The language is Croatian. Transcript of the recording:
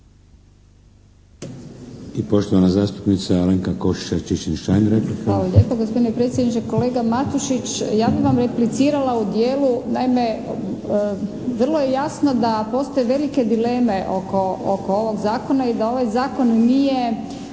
I poštovana zastupnica Alenka Košiša Čičin-Šain, replika.